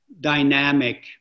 dynamic